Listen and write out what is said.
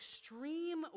extreme